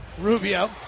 Rubio